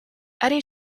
eddie